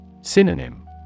Synonym